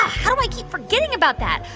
how do i keep forgetting about that?